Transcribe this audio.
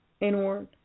inward